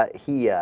ah he yeah